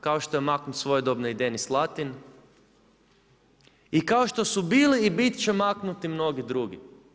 Kao što je maknut svojedobno i Denis Latin i kao što su bili i biti će maknuti mnogi drugi.